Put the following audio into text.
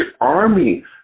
army